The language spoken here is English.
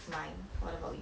mind what about you